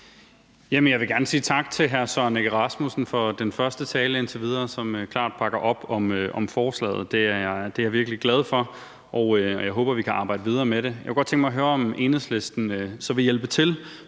Jeg vil gerne sige tak til hr. Søren Egge Rasmussen for den indtil videre første tale, som klart bakker op om forslaget. Det er jeg virkelig glad for, og jeg håber, vi kan arbejde videre med det. Jeg kunne godt tænke mig at høre, om Enhedslisten så vil hjælpe til